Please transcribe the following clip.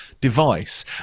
device